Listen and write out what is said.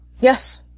Yes